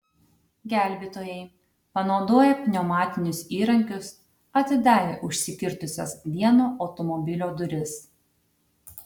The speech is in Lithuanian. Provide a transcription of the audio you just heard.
gelbėtojai panaudoję pneumatinius įrankius atidarė užsikirtusias vieno automobilio duris